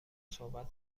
صحبت